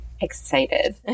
excited